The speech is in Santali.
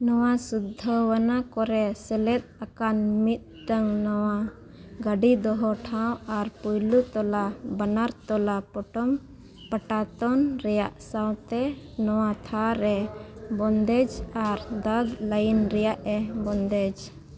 ᱱᱚᱣᱟ ᱥᱩᱫᱽᱫᱷᱚᱣᱟᱱᱟ ᱠᱚᱨᱮ ᱥᱮᱞᱮᱫ ᱟᱠᱟᱱ ᱢᱤᱫᱴᱟᱝ ᱱᱟᱣᱟ ᱜᱟᱹᱰᱤ ᱫᱚᱦᱚ ᱴᱷᱟᱶ ᱟᱨ ᱯᱳᱭᱞᱳ ᱛᱚᱞᱟ ᱵᱟᱱᱟᱨ ᱛᱚᱞᱟ ᱯᱚᱴᱚᱢ ᱯᱟᱴᱟᱛᱚᱱ ᱨᱮᱭᱟᱜ ᱥᱟᱶᱛᱮ ᱱᱚᱣᱟ ᱛᱷᱟᱨ ᱨᱮ ᱵᱚᱱᱫᱮᱹᱡᱽ ᱟᱨ ᱫᱟᱜᱽ ᱞᱟᱭᱤᱱ ᱨᱮᱭᱟᱜᱮ ᱵᱚᱱᱫᱮᱹᱡᱽ